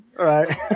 right